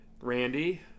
Randy